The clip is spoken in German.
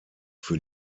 für